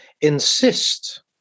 insist